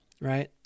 right